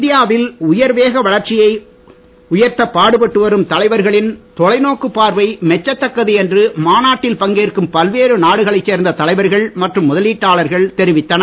India வில் உயர்வேக வளர்ச்சியை உயர்த்தப் பாடுபட்டு வரும் தலைவர்களின் தொலைநோக்குப் பார்வை மெச்சத்தக்கது என்று மாநாட்டில் பங்கேற்கும் பல்வேறு நாடுகளைச் சேர்ந்த தலைவர்கள் மற்றும் முதலீட்டாளர்கள் தெரிவித்தனர்